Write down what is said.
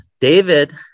David